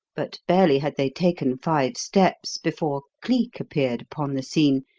but barely had they taken five steps before cleek appeared upon the scene,